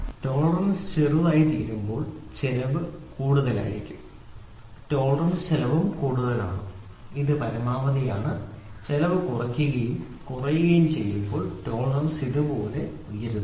tolerance ചെറുതും ചെറുതുമായി പോകുമ്പോൾ ടോളറൻസ് ചെറുതും ചെറുതുമായിത്തീരുമ്പോൾ ചെലവ് കൂടുതലായിരിക്കും ടോളറൻസ് ചെലവ് കൂടുതലാണ് ഇത് മിനിമം ഇത് പരമാവധി ശരിയാണ് ചെലവ് കുറയുകയും കുറയുകയും ചെയ്യുമ്പോൾ ടോളറൻസ് ഇതുപോലെയായി ഉയരുന്നു